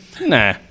Nah